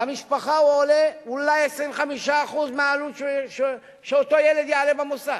במשפחה הוא עולה אולי 25% מהעלות שאותו ילד יעלה במוסד.